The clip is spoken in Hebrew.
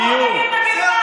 בדיוק, זה,